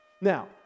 Now